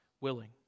willing